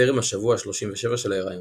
טרם השבוע ה-37 של ההיריון.